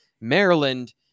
Maryland